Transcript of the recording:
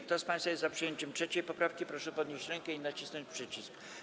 Kto z państwa jest za przyjęciem 3. poprawki, proszę podnieść rękę i nacisnąć przycisk.